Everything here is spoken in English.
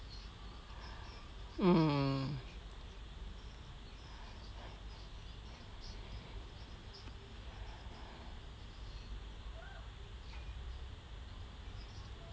mm